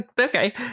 okay